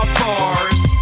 bars